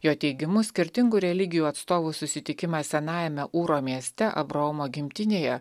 jo teigimu skirtingų religijų atstovų susitikimas senajame uro mieste abraomo gimtinėje